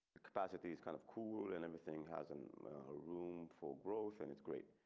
capacity is kind of cool and everything hasn't room for growth and it's great.